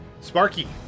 sparky